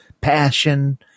passion